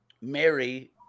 Mary